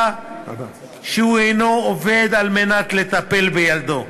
שהוא אינו עובד על מנת לטפל בילדו.